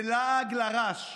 זה לעג לרש.